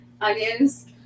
onions